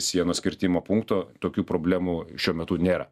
sienos kirtimo punkto tokių problemų šiuo metu nėra